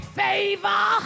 favor